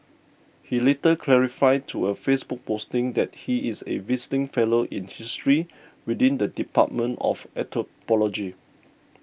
he later clarified to a Facebook posting that he is a visiting fellow in history within the dept of anthropology